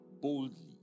boldly